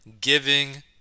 giving